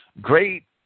great